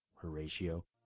Horatio